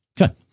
Okay